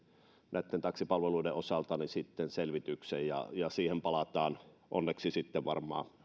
näitten taksipalveluiden osalta selvityksen ja ja siihen palataan toivottavasti sitten varmaan